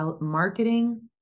marketing